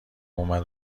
اومد